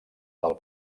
del